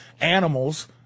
animals